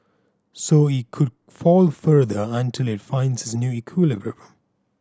so it could fall further until it finds its new equilibrium